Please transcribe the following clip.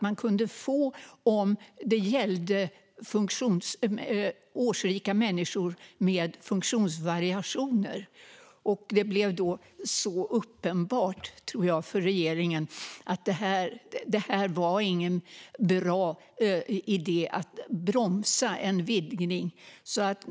Man kunde få pengar om det gällde årsrika människor med funktionsvariationer. Jag tror att det blev uppenbart för regeringen att det inte var en bra idé att bromsa en vidgning.